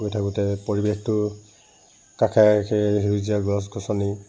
গৈ থাকোঁতে পৰিৱেশটো কাষে কাষে সেউজীয়া গছ গছনি